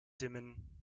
dimmen